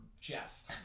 jeff